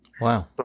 Wow